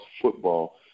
football